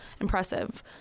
impressive